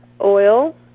oil